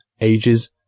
ages